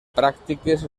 pràctiques